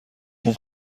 اون